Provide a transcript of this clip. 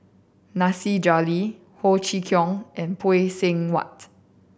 Nasir Jalil Ho Chee Kong and Phay Seng Whatt